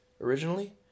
originally